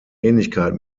ähnlichkeit